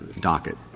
docket